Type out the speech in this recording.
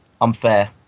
unfair